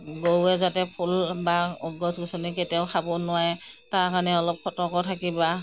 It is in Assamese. গৰুৱে যাতে ফুল বা গছ গছনি কেতিয়াও খাব নোৱাৰে তাৰ কাৰণে অলপ সতৰ্ক থাকিবা